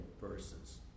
verses